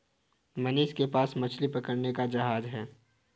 मनीष के पास मछली पकड़ने का जहाज है